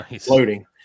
floating